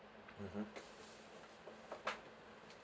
mmhmm